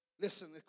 Listen